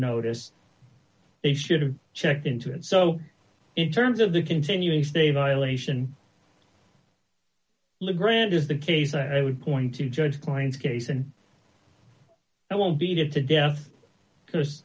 notice they should have checked into it so in terms of the continuing stay violation le grand is the case i would point to judge klein's case and i won't beat it to death because